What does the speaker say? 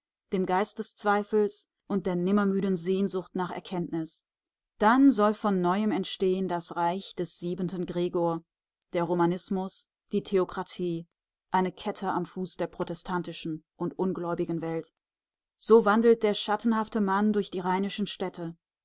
dem geist des zweifels und der nimmermüden sehnsucht nach erkenntnis dann soll von neuem erstehen das reich des siebenten gregor der romanismus die theokratie eine kette am fuß der protestantischen und ungläubigen welt so wandelt der schattenhafte mann durch die rheinischen städte